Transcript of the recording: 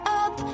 up